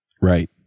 Right